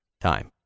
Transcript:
time